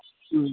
മ്മ്